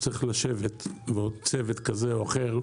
צריך לשבת עם צוות כזה או אחר,